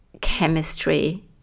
chemistry